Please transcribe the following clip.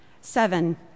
Seven